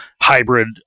hybrid